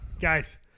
guys